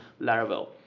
Laravel